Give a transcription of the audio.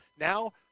Now